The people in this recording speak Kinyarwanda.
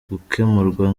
gukemurwa